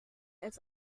als